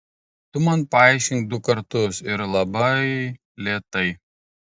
tu man paaiškink du kartus ir laba ai lėtai